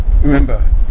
remember